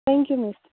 thank you miss